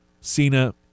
Cena